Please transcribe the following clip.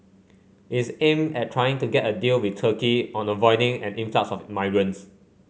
its aimed at trying to get a deal with Turkey on avoiding an influx of migrants